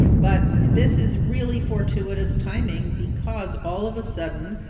but this is really fortuitous timing because, all of a sudden,